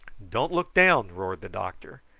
don't look down, roared the doctor,